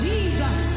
Jesus